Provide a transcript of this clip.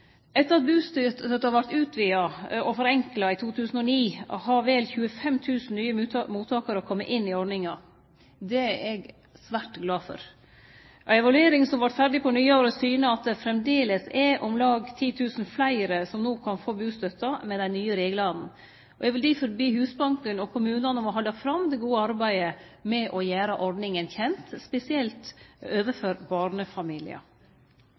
Etter at bustøtta vart utvida og forenkla i 2009, har vel 25 000 nye mottakarar kome inn i ordninga. Det er eg svært glad for. Ei evaluering som vart ferdig på nyåret, syner at det framleis er om lag 10 000 som kan få bustøtte med dei nye reglane. Eg vil difor be Husbanken og kommunane om å halde fram det gode arbeidet med å gjere ordninga kjend, spesielt overfor barnefamiliar.